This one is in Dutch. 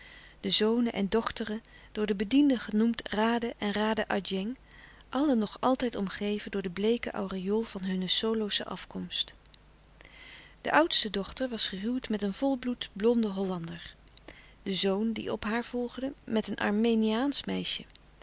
de zonen en dochteren door de bedienden genoemd raden en raden adjeng allen nog altijd omgeven door den bleeken aureool van hunne solosche afkomst de oudste dochter was gehuwd met een volbloed blonden hollander de zoon die op haar volgde louis couperus de stille kracht met een armeniaansch meisje